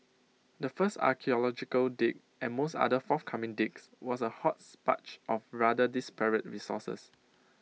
the first archaeological dig and most other forthcoming digs was A hodgepodge of rather disparate resources